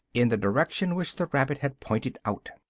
in the direction which the rabbit had pointed out.